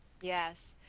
Yes